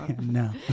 No